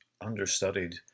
understudied